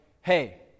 hey